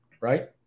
right